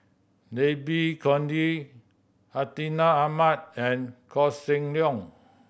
Babe Conde Hartinah Ahmad and Koh Seng Leong